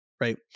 right